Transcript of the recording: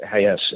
yes